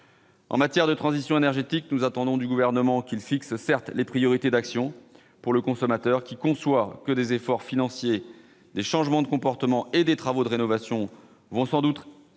En matière de transition énergétique, nous attendons du Gouvernement qu'il fixe les priorités d'action pour le consommateur. Ce dernier conçoit que des efforts financiers, des changements de comportement et des travaux de rénovation seront sans doute